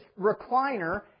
recliner